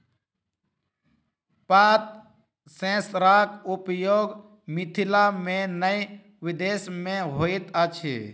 पात सेंसरक उपयोग मिथिला मे नै विदेश मे होइत अछि